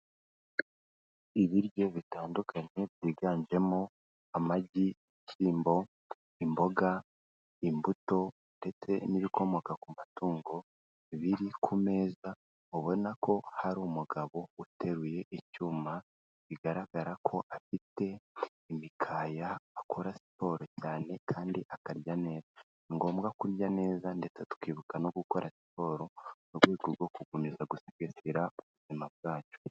Ibiryo bitandukanye byiganjemo amagi, ibishyimbo, imboga, imbuto ndetse n'ibikomoka ku matungo biri ku meza, ubona ko hari umugabo uteruye icyuma bigaragara ko afite imikaya akora siporo cyane kandi akarya neza, ni ngombwa kurya neza ndetse tukibuka no gukora siporo mu rwego rwo gukomeza gusigasira ubuzima bwacu.